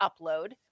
Upload